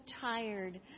tired